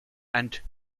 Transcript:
and